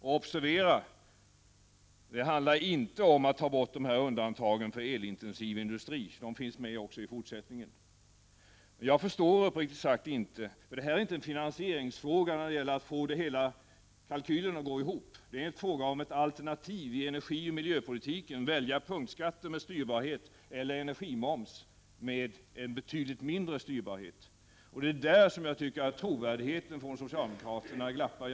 Och observera: Det handlar inte om att ta bort undantagen för elintensiv industri. De finns med också i fortsättningen. Det här är inte en fråga om finansiering för att få kalkylen att gå ihop, utan det är fråga om alternativ i energioch miljöpolitiken: att välja punktskatter med styrbarhet eller energimoms med betydligt mindre styrbarhet. Det är där jag tycker att trovärdigheten hos socialdemokraterna glappar.